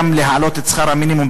גם להעלות את שכר המינימום.